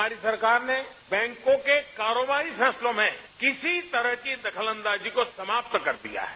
हमारी सरकार ने बैंकों के कारोबारी फैसलों में किसी तरह की दखलअंदाजी को समाप्त कर दिया है